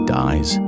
dies